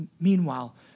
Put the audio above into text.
Meanwhile